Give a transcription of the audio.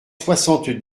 soixante